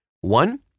One